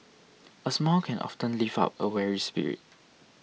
a smile can often lift up a weary spirit